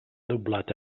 doblat